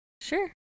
sure